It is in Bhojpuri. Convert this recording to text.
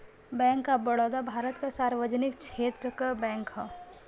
बैंक ऑफ बड़ौदा भारत क सार्वजनिक क्षेत्र क बैंक हौ